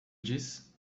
diz